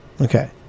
Okay